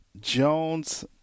Jones